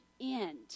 end